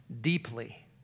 deeply